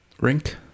rink